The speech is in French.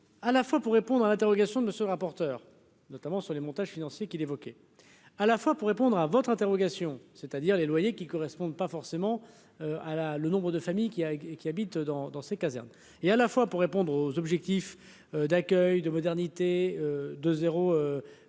à la fois pour répondre à l'interrogation de ce rapporteur notamment sur les montages financiers qui l'évoquait à la fois pour répondre à votre interrogation, c'est-à-dire les loyers qui correspondent pas forcément à la le nombre de familles qui a, qui habite dans dans ses casernes et à la fois pour répondre aux objectifs d'accueil de modernité de